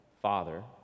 father